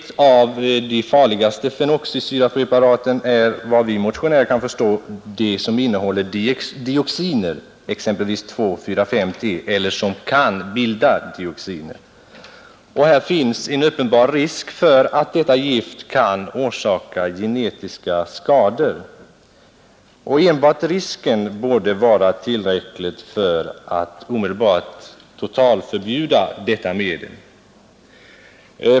Till de farligaste fenoxisyrapreparaten hör, vad vi motionärer kan förstå, de som innehåller dioxiner, exempelvis 2,4,5-T, eller de som kan bilda dioxiner. Det finns en uppenbar risk för att detta gift kan orsaka genetiska skador. Enbart risken borde vara tillräckligt skäl för att omedelbart totalförbjuda detta medel.